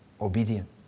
obedient